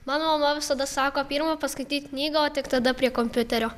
mano mama visada sako pirma paskaityt knygą o tik tada prie kompiuterio